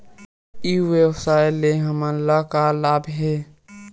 ई व्यवसाय से हमन ला का लाभ हे?